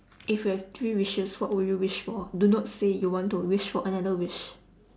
if you have three wishes what would you wish for do not say you want to wish for another wish